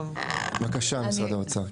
בבקשה משרד האוצר.